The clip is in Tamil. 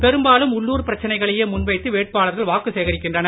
பெரும்பாலும் உள்ளூர் பிரச்சனைகளையே முன்வைத்து வேட்பாளர்கள் வாக்கு சேகரிக்கின்றனர்